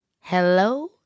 Hello